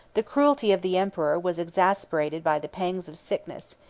the cruelty of the emperor was exasperated by the pangs of sickness,